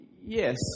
Yes